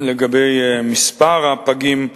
לגבי מספר הפגים הנולדים.